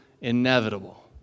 inevitable